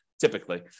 typically